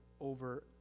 over